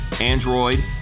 Android